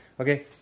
Okay